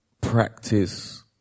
practice